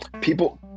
People